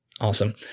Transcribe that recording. Awesome